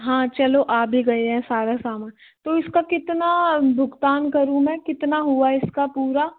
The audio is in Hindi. हाँ चलो आ भी गए है सारा समान तो इसकाे कितना भुगतान करूँ मैं कितना हुआ इसका पूरा